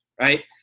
right